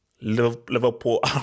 Liverpool